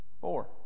Four